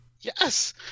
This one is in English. Yes